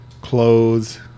clothes